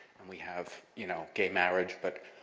and we have you know gay marriage but